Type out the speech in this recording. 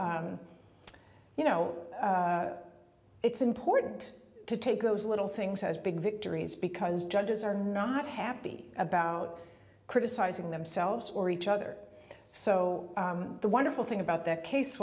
you know it's important to take those little things as big victories because judges are not happy about criticizing themselves or each other so the wonderful thing about that case